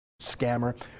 scammer